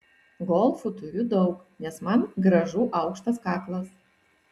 golfų turiu daug nes man gražu aukštas kaklas